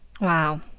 wow